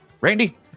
Randy